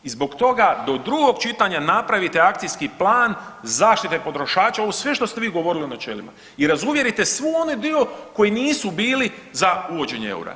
I zbog toga do drugog čitanja napravite akcijski plan zaštite potrošača, ovo sve što ste vi govorili o načelima i razuvjerite svu onaj dio koji nisu bili za uvođenje eura.